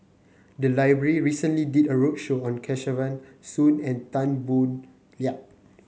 the library recently did a roadshow on Kesavan Soon and Tan Boo Liat